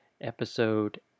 episode